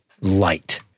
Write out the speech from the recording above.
light